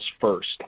first